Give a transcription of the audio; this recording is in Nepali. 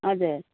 हजुर